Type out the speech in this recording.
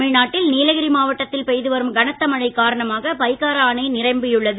தமிழ்நாட்டில் நீலகிரி மாவட்டத்தில் பெய்துவரும் கனத்த மழை காரணமாக பைகாரா அணை நிரம்பியுள்ளது